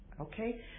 Okay